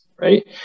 right